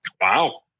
Wow